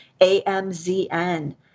AMZN